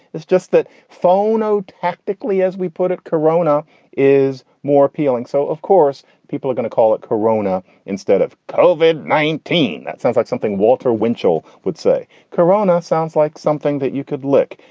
it's just that phono tactically, as we put it, corona is more appealing. so, of course, people are going to call it corona instead of cauvin nineteen. that sounds like something walter winchell would say. carano sounds like something that you could lick.